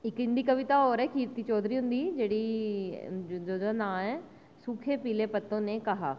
ते इंदी कविता इक्क होर ऐ कीर्ति चौधरी हुंदी जेह्ड़ी जेह्दा नांऽ ऐ सूखे पीले पत्तों ने कहा